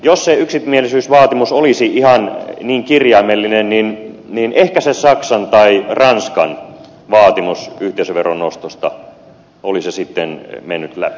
jos se yksimielisyysvaatimus olisi ihan niin kirjaimellinen niin ehkä se saksan tai ranskan vaatimus yhteisöveron nostosta olisi sitten mennyt läpi